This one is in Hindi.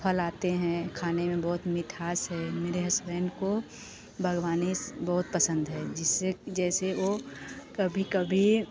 फल आते हैं खाने में बोहोत मिठास है मेरे हसबैंड को बागवानी बहुत पसंद है जिससे जैसे वह कभी कभी